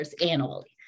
annually